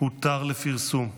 "הותר לפרסום".